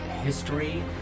history